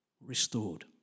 Restored